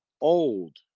old